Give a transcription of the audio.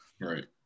Right